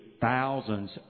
thousands